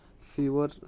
fewer